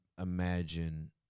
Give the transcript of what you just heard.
imagine